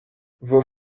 vos